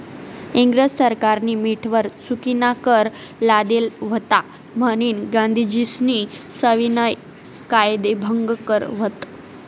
इंग्रज सरकारनी मीठवर चुकीनाकर लादेल व्हता म्हनीन गांधीजीस्नी सविनय कायदेभंग कर व्हत